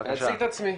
אני אציג את עצמי,